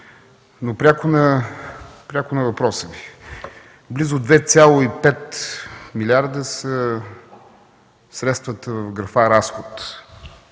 Пряко на въпроса Ви – близо 2,5 милиарда са средствата в графа „Разход”.